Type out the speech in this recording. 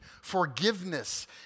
forgiveness